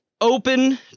open